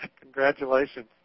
Congratulations